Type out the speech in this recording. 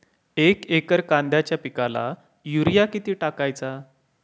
एक एकर कांद्याच्या पिकाला युरिया किती टाकायचा?